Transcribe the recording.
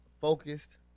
focused